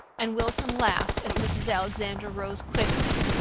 and wilson laughed as mrs. alexander rose quickly.